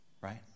right